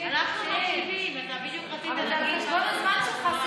אנחנו מקשיבים, אבל זה על חשבון הזמן שלך, שמחה.